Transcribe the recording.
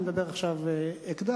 אני מדבר עכשיו על אקדח.